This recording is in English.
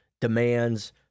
demands